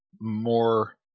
more